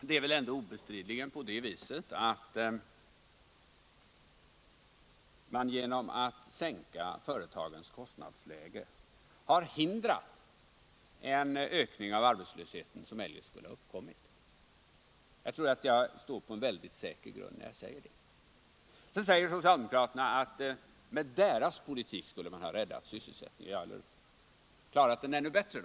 Herr talman! Det är obestridligen på det viset att man genom att sänka företagens kostnadsläge har hindrat en ökning av arbetslösheten som eljest skulle ha uppkommit. Jag tror att jag står på en mycket säker grund när jag säger det. Sedan säger socialdemokraterna att med deras politik skulle man ha klarat sysselsättningen bättre.